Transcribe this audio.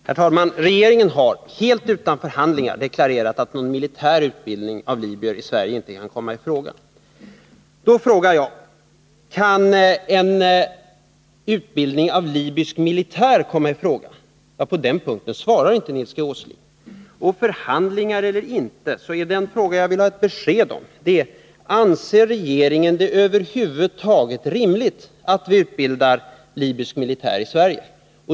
Herr talman! Regeringen har helt utan förhandlingar deklarerat att någon militär utbildning av libyer i Sverige inte kan komma i fråga. Då frågar jag: Kan en utbildning av libysk militär komma i fråga? På den punkten svarar inte Nils G. Åsling. Och förhandlingar eller inte förhandlingar, så är den fråga jag vill ha svar på: Anser regeringen det över huvud taget rimligt att vi utbildar libysk militär i Sverige?